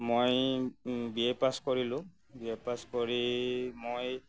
মই B A pass কৰিলোঁ B A pass কৰি মই